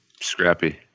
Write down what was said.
scrappy